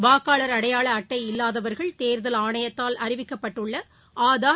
வாக்காளர் அடையாளஅட்டை இல்வாதவர்கள் தேர்தல் ஆணையத்தால் அறிவிக்கப்பட்டுள்ளஆதார்